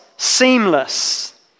seamless